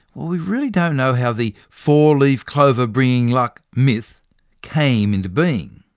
we really don't know how the four-leaf clover bringing luck myth came into being.